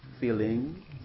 feeling